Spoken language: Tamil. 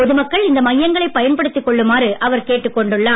பொதுமக்கள் இந்த மையங்களை பயன்படுத்திக்கொள்ளுமாறு அவர் கேட்டுக்கொண்டுள்ளார்